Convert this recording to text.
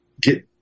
get